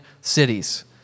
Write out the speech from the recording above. cities